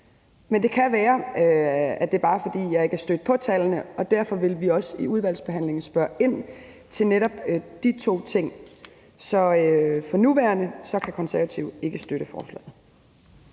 Men det kan være, at det bare er, fordi jeg ikke er stødt på tallene, og derfor vil vi også i udvalgsbehandlingen spørge ind til netop de to ting. Så for nuværende kan Konservative ikke støtte forslaget.